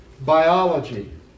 biology